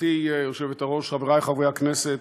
גברתי היושבת-ראש, חברי חברי הכנסת,